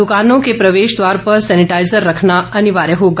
दुकानों के प्रवेश द्वार पर सेनिटाइजर रखना अनिवार्य होगा